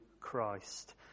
Christ